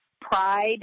Pride